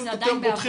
וזה עדיין בעבודה.